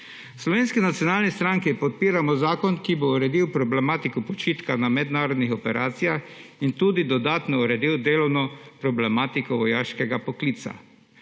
Slovenski nacionalni stranki podpiramo zakon, ki bo uredil problematiko počitka na mednarodnih operacijah in tudi dodatno uredil delovno problematiko vojaškega poklica.